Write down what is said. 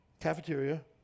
Cafeteria